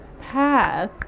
path